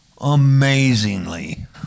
Amazingly